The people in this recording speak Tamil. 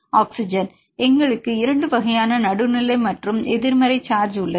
ஆக்ஸிஜன் எங்களுக்கு 2 வகையான நடுநிலை மற்றும் எதிர்மறை சார்ஜ் உள்ளது